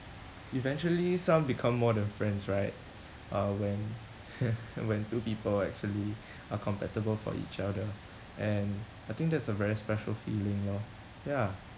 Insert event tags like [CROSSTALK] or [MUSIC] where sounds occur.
eventually some become more than friends right uh when [NOISE] when two people actually are compatible for each other and I think that's a very special feeling lor ya